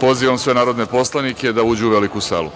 Pozivam sve narodne poslanike da uđu u veliku salu.